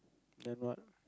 then what